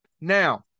now